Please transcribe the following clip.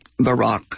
Barack